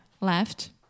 left